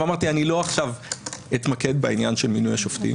אמרתי, אני לא אתמקד בעניין של מינוי השופטים.